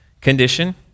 condition